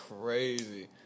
crazy